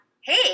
Hey